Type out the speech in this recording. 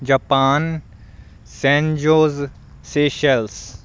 Japan ਸਿਜ਼ਜੋਜ Seychelles